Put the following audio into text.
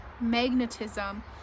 magnetism